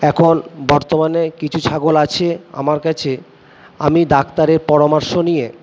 এখন বর্তমানে কিছু ছাগল আছে আমার কাছে আমি ডাক্তারের পরামর্শ নিয়ে